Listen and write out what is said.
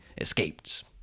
escaped